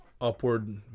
upward